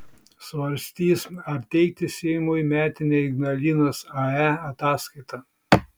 svarstys ar teikti seimui metinę ignalinos ae ataskaitą